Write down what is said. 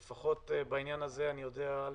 אבל לפחות בעניין הזה אני יודע על